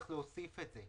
צריך להוסיף את זה.